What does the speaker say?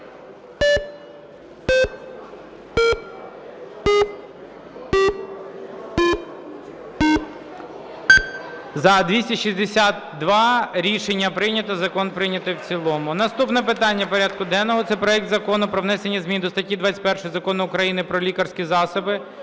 За-262 Рішення прийнято. Закон прийнятий в цілому. Наступне питання порядку денного. - це проект Закону про внесення змін до статті 21 Закону України "Про лікарські засоби"